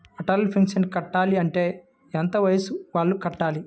Atal pension కట్టాలి అంటే ఎంత వయసు వాళ్ళు కట్టాలి?